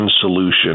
solution